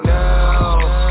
now